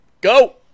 Go